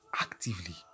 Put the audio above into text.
actively